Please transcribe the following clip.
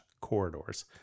corridors